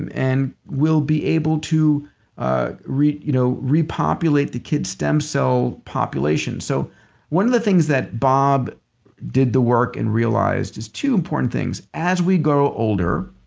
and and we'll be able to ah you know repopulate the kid's stem cell populations so one of the things that bob did the work and realized is two important things. as we grow older